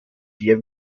sehr